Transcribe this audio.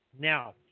Now